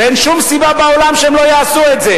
ואין שום סיבה בעולם שהם לא יעשו את זה.